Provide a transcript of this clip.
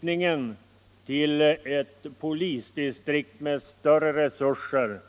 Anknytningen till ett polisdistrikt med större resurser